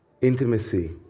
intimacy